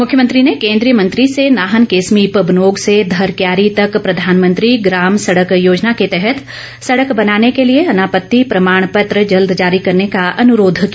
मुख्यमंत्री ने कोन्द्रीय मंत्री से नाहन के समीप बनोग से धरक्यारी तक प्रधानमंत्री ग्राम सड़क योजना के तहत सड़क बनाने के लिए अनापत्ति प्रमाण पत्र जल्द जारी करने का अनुरोध किया